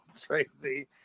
Tracy